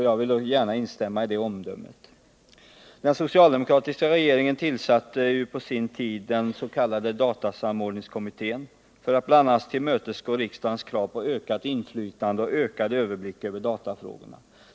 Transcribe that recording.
Jag vill gärna instämma i det omdömet. Den socialdemokratiska regeringen tillsatte ju på sin tid den s.k. datasamordningskommittén för att bl.a. tillmötesgå riksdagens krav på ett ökat inflytande och en ökad överblick över datafrågorna.